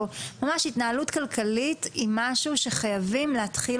ממש התנהלות כלכלית היא משהו שחייבים להתחיל